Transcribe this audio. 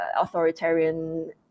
authoritarian